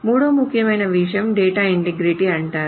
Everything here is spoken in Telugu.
మూడవ ముఖ్యమైన విషయం డేటా ఇంటిగ్రిటీ అంటారు